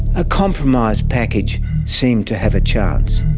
a compromise package seemed to have a chance.